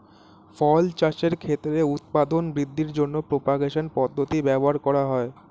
ফল চাষের ক্ষেত্রে উৎপাদন বৃদ্ধির জন্য প্রপাগেশন পদ্ধতি ব্যবহার করা হয়